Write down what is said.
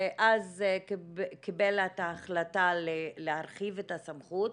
אז הוא קיבל את ההחלטה להרחיב את הסמכות.